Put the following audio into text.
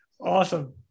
Awesome